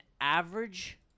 average